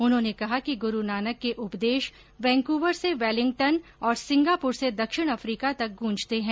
उन्होंने कहा कि गुरु नानक के उपदेश वैंकवर से वेलिंगटन और सिंगापुर से दक्षिण अफ्रीका तक गुंजते हैं